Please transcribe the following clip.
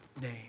name